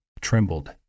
trembled